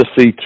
see